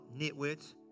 nitwits